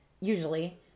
usually